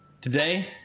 Today